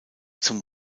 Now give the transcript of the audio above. zum